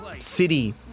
City